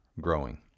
growing